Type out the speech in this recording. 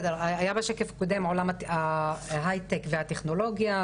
בשקף הקודם עולם ההייטק והטכנולוגיה,